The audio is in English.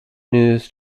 news